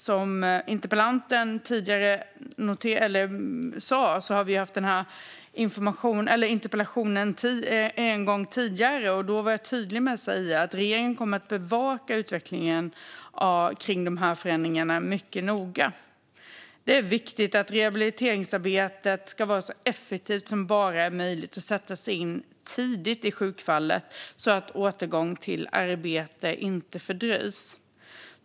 Som interpellanten nämnde har vi haft en interpellationsdebatt om detta ämne en gång tidigare. Då var jag tydlig med att regeringen kommer att bevaka utvecklingen av de här förändringarna mycket noga. Det är viktigt att rehabiliteringsarbetet är så effektivt som bara är möjligt och sätts in tidigt vid sjukfallet, så att återgång till arbete inte fördröjs.